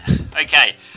okay